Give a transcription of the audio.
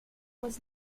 was